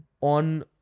On